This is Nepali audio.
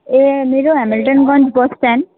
ए मेरो हेमिल्टनगन्ज बस स्ट्यान्ड